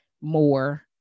more